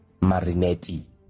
Marinetti